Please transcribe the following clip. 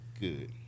good